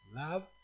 love